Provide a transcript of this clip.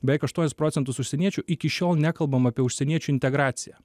beveik aštuonis procentus užsieniečių iki šiol nekalbam apie užsieniečių integraciją